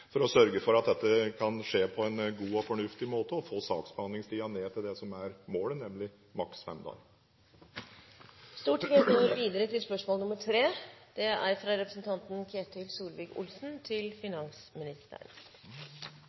for å sørge for at dette kan skje på en god og fornuftig måte og få saksbehandlingstiden ned til det som er målet, nemlig maks fem dager. «Finanstilsynet og regjeringen har besørget at egenkapitalkravene til låntakere skjerpes inn. Regjeringspartiene har i Innst. 2 S for 2011–2012 lagt til